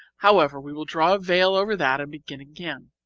however we will draw a veil over that and begin again.